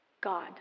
God